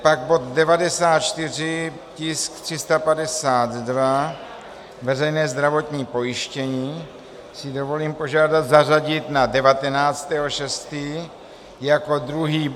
Pak bod 94, tisk 352 veřejné zdravotní pojištění si dovolím požádat zařadit na 19. 6. jako druhý...